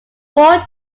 four